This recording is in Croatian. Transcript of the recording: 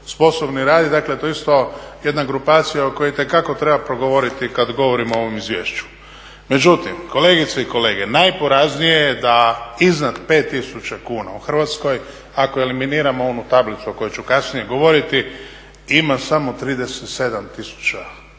sposobni raditi, dakle to je isto jedna grupacija o kojoj itekako treba progovoriti kada govorimo o ovom izvješću. Međutim, kolegice i kolege najporaznije je da iznad 5 tisuća kuna u Hrvatskoj ako eliminiramo onu tablicu o kojoj ću kasnije govoriti, ima samo 37 tisuća